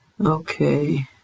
Okay